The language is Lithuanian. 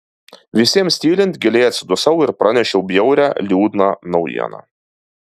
visiems tylint giliai atsidusau ir pranešiau bjaurią liūdną naujieną